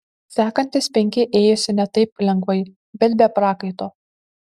sekantys penki ėjosi ne taip lengvai bet be prakaito